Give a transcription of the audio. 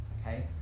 okay